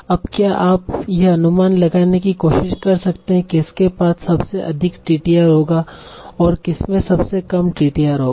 अब क्या आप यह अनुमान लगाने की कोशिश कर सकते हैं कि किसके पास सबसे अधिक टीटीआर होगा और किसमें सबसे कम टीटीआर होगा